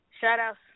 Shout-outs